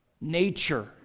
nature